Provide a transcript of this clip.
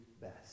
best